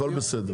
הכל בסדר.